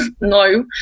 no